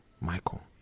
Michael